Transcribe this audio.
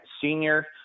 Senior